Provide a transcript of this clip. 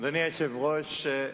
אדוני היושב-ראש,